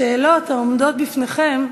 השאלות העומדות בפניכם,